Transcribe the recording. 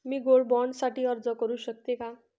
मी gold bond साठी अर्ज करु शकते का?